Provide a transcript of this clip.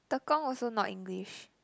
Tekong also not English